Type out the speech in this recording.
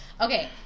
Okay